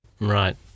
Right